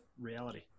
reality